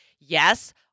yes